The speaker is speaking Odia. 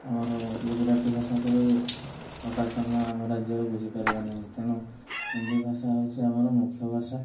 ଆମର ଗୁଜୁରାଟି ଭାଷାକୁ ବି ହଠାତ୍ ଆମେ ଆମ ରାଜ୍ୟରେ ବୁଝି ପାରିବା ନାହିଁ ତେଣୁ ହିନ୍ଦୀ ଭାଷା ହେଉଛି ଆମର ମୁଖ୍ୟ ଭାଷା